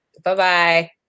Bye-bye